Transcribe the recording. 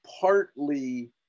partly